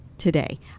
today